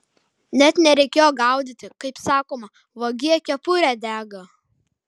net nereikėjo gaudyti kaip sakoma vagie kepurė dega